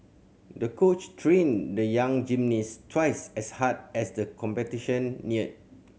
the coach trained the young gymnast twice as hard as the competition neared